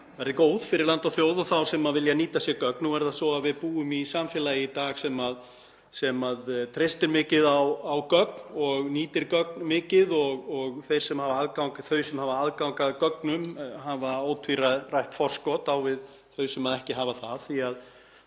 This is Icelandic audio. verði góð fyrir land og þjóð og þá sem vilja nýta sér gögn. Við búum í samfélagi í dag sem treystir mikið á gögn og nýtir gögn mikið og þau sem hafa aðgang að gögnum hafa ótvírætt forskot á þau sem ekki hafa hann